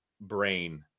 brain